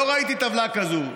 לא ראיתי טבלה כזאת.